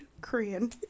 korean